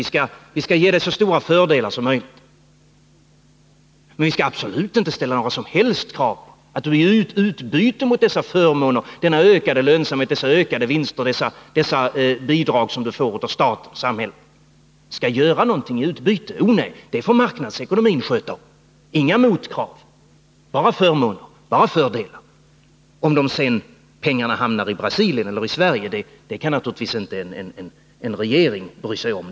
Vi skall ge dig så stora fördelar som möjligt. Men vi skall absolut inte ställa några som helst krav på att du i utbyte mot dessa förmåner, denna ökade lönsamhet, dessa ökade vinster, dessa bidrag som du får av stat och samhälle, skall göra någonting. O nej, det får marknadsekonomin sköta. Inga motkrav! Bara förmåner! Bara fördelar! Om pengarna sedan hamnar i Brasilien eller i Sverige kan naturligtvis inte en regering bry sig om.